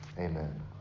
amen